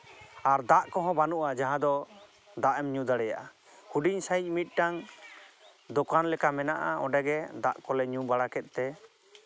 ᱟᱨ ᱫᱟᱜ ᱠᱚᱦᱚᱸ ᱵᱟᱹᱱᱩᱜᱼᱟ ᱡᱟᱦᱟᱸ ᱫᱚ ᱫᱟᱜ ᱮᱢ ᱧᱩ ᱫᱟᱲᱮᱭᱟᱜᱼᱟ ᱦᱩᱰᱤᱧ ᱥᱟᱺᱦᱤᱡ ᱢᱤᱫᱴᱟᱝ ᱫᱚᱠᱟᱱ ᱞᱮᱠᱟ ᱢᱮᱱᱟᱜᱼᱟ ᱚᱸᱰᱮ ᱜᱮ ᱫᱟᱜ ᱠᱚᱞᱮ ᱫᱟᱜ ᱠᱚᱞᱮ ᱧᱩ ᱵᱟᱲᱟ ᱠᱮᱫ ᱛᱮ